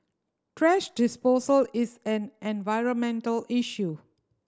thrash disposal is an environmental issue